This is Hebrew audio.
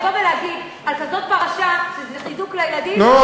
לבוא ולהגיד על כזו פרשה שזה חיזוק לילדים זה מאוד מקומם.